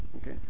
okay